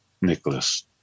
Nicholas